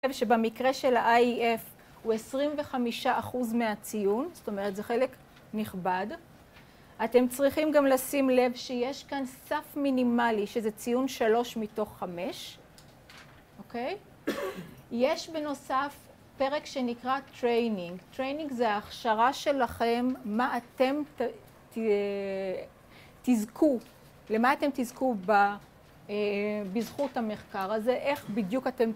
שבמקרה של ה-AEF הוא 25 אחוז מהציון, זאת אומרת זה חלק נכבד. אתם צריכים גם לשים לב שיש כאן סף מינימלי שזה ציון שלוש מתוך חמש. אוקיי? יש בנוסף פרק שנקרא Training. Training זה ההכשרה שלכם, מה אתם תזכו, למה אתם תזכו בזכות המחקר הזה, איך בדיוק אתם...